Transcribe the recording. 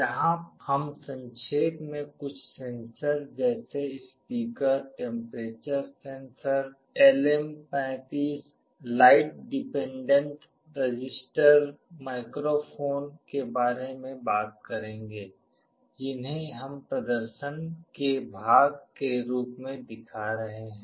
यहाँ हम संक्षेप में कुछ सेंसर जैसे speaker temperature sensor LM35 light dependent resistor microphone के बारे में बात करेंगे जिन्हें हम प्रदर्शन के भाग के रूप में दिखा रहे हैं